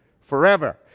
Forever